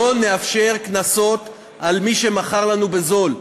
לא נאפשר קנסות על מי שמכר לנו בזול.